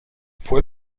fue